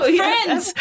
friends